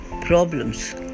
problems